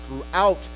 throughout